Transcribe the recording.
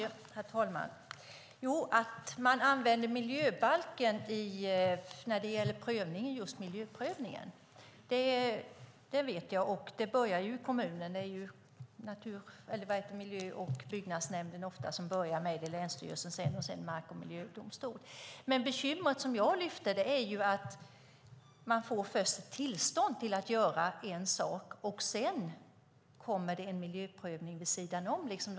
Herr talman! Jag vet att man använder miljöbalken i miljöprövningen. Den börjar i kommunen. Det är ofta miljö och byggnadsnämnden som börjar. Sedan fortsätter det i länsstyrelse och mark och miljödomstol. Det bekymmer som jag lyfte upp är att man först får tillstånd att göra en sak, och sedan kommer det en miljöprövning vid sidan om.